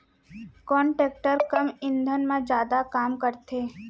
कोन टेकटर कम ईंधन मा जादा काम करथे?